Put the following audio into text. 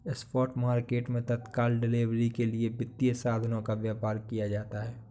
spot market मैं तत्काल delivery के लिए वित्तीय साधनों का व्यापार किया जाता है